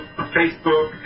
Facebook